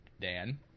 Dan